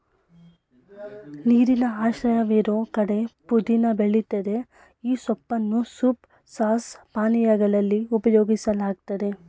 ನೀರಿನ ಆಶ್ರಯವಿರೋ ಕಡೆ ಪುದೀನ ಬೆಳಿತದೆ ಈ ಸೊಪ್ಪನ್ನು ಸೂಪ್ ಸಾಸ್ ಪಾನೀಯಗಳಲ್ಲಿ ಉಪಯೋಗಿಸಲಾಗ್ತದೆ